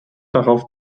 darauf